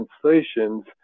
translations